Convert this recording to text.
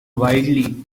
widely